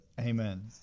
Amen